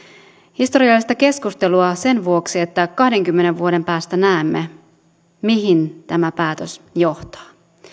historiallista keskustelua sen vuoksi että kahdenkymmenen vuoden päästä näemme mihin tämä päätös johtaa